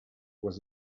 was